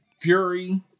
Fury